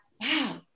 wow